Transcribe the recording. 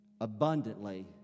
abundantly